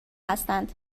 هستند